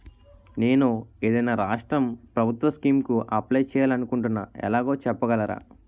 నేను ఏదైనా రాష్ట్రం ప్రభుత్వం స్కీం కు అప్లై చేయాలి అనుకుంటున్నా ఎలాగో చెప్పగలరా?